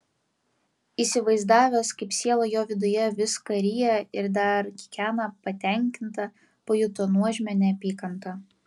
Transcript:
įsivaizdavęs kaip siela jo viduje viską ryja ir dar kikena patenkinta pajuto nuožmią neapykantą